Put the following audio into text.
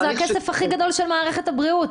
זה הכסף הכי גדול של מערכת הבריאות.